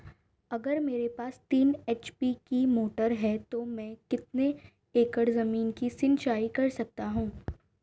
अगर मेरे पास तीन एच.पी की मोटर है तो मैं कितने एकड़ ज़मीन की सिंचाई कर सकता हूँ?